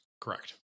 Correct